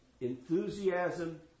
enthusiasm